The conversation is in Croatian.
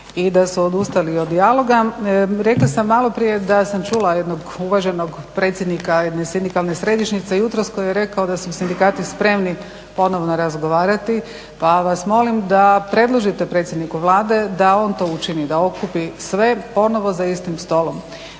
i da su odustali od dijaloga. Rekla sam maloprije da sam čula jednog uvaženog predsjednika jedne sindikalne središnjice jutros koji je rekao da su sindikati spremni ponovno razgovarati pa vas molim da predložite predsjedniku Vlade da on to učini, da okupi sve ponovo za istim stolom.